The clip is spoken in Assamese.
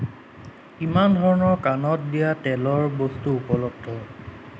কিমান ধৰণৰ কাণত দিয়া তেলৰ বস্তু উপলব্ধ